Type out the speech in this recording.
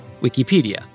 Wikipedia